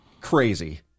crazy